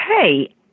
hey